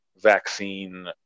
vaccine